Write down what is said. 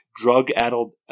drug-addled